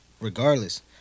regardless